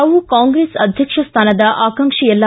ತಾವು ಕಾಂಗ್ರೆಸ್ ಅಧ್ಯಕ್ಷ ಸ್ಥಾನದ ಆಕಾಂಕ್ಷಿಯಲ್ಲ